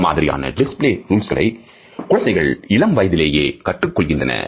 இந்த மாதிரியான display rules களை குழந்தைகள் இளம் வயதிலேயே கற்றுக் கொள்கின்றனர்